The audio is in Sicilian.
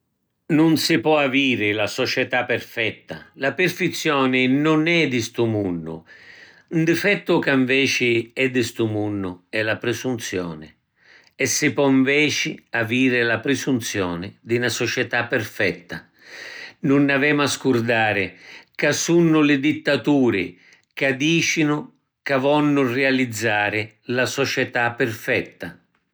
Nun si pò aviri la società perfetta. La pirfizioni nun è di stu munnu. ‘N difettu ca nveci è di stu munnu è la prisunzioni. E si pò nveci aviri la prisunzioni di na società perfetta. Nun n’avemu a scurdari ca sunnu li dittaturi ca dicinu ca vonnu rializzari la società perfetta.